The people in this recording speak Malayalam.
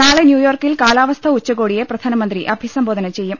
നാളെ ന്യൂയോർക്കിൽ കാലാവസ്ഥാ ഉച്ചകോടിയെ പ്രധാനമന്ത്രി അഭിസംബോധന ചെയ്യും